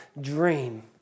dream